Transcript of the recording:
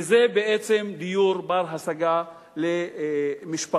וזה בעצם דיור בר-השגה למשפחה.